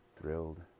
thrilled